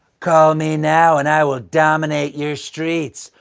call me now, and i will dominate your streets.